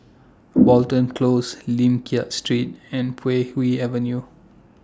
Watten Close Lim Liak Street and Puay Hee Avenue